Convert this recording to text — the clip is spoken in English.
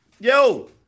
Yo